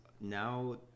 Now